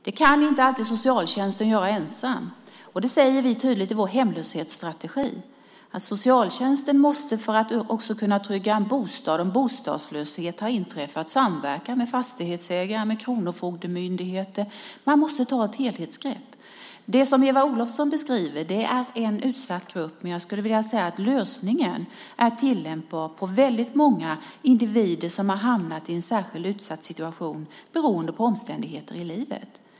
Socialtjänsten ensam kan inte alltid göra detta, och vi säger tydligt i vår hemlöshetsstrategi att socialtjänsten, för att också kunna trygga en bostad om bostadslöshet har inträffat, måste samverka med fastighetsägare och med kronofogdemyndigheter. Man måste ta ett helhetsgrepp. Eva Olofsson beskriver en utsatt grupp, men lösningen är tillämpbar på väldigt många individer som har hamnat i en särskilt utsatt situation beroende på omständigheter i livet.